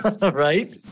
right